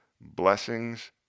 blessings